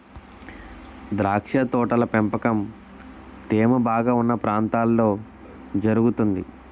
ద్రాక్ష తోటల పెంపకం తేమ బాగా ఉన్న ప్రాంతాల్లో జరుగుతుంది